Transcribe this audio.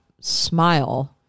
Smile